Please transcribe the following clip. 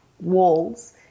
walls